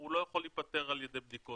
הוא לא יכול להיפטר מבידוד על-ידי בדיקות.